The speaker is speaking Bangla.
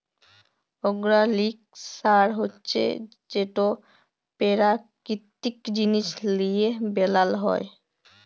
অর্গ্যালিক সার হছে যেট পেরাকিতিক জিনিস লিঁয়ে বেলাল হ্যয়